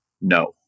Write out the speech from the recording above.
no